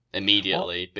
immediately